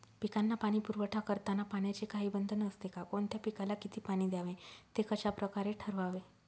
पिकांना पाणी पुरवठा करताना पाण्याचे काही बंधन असते का? कोणत्या पिकाला किती पाणी द्यावे ते कशाप्रकारे ठरवावे?